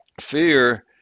Fear